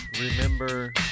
Remember